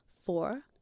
Four